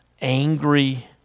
angry